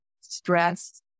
stress